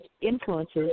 influences